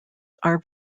are